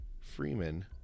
Freeman